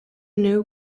new